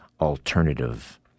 alternative